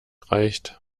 reicht